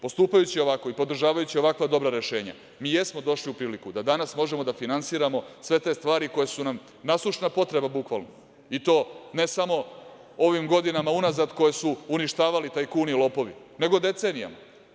Postupajući ovako i podržavajući ovakva dobra rešenja mi jesmo došli u priliku da danas možemo da finansiramo sve te stvari koje su nam nasušna potreba, bukvalno, i to ne samo ovim godinama unazad koje su uništavali tajkuni i lopovi, nego decenijama.